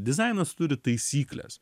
dizainas turi taisykles